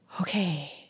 okay